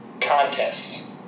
contests